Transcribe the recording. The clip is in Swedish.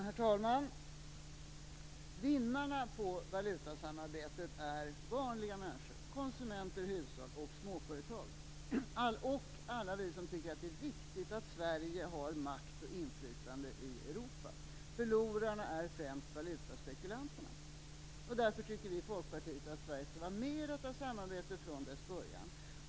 Herr talman! De som vinner på valutasamarbetet är vanliga människor - konsumenter, hushåll och småföretag och alla vi som tycker att det är viktigt att Sverige har makt och inflytande i Europa. De som förlorar är främst valutaspekulanterna. Därför tycker vi i Folkpartiet att Sverige skall vara med i samarbetet från dess början.